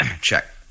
Check